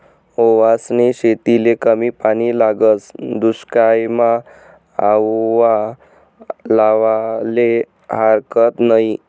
ओवासनी शेतीले कमी पानी लागस, दुश्कायमा आओवा लावाले हारकत नयी